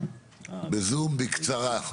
בזום בקצרה.